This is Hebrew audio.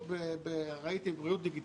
כמו שראיתי, בריאות דיגיטלית.